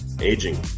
aging